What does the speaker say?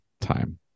time